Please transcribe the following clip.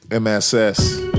MSS